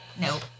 Nope